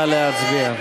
נא להצביע.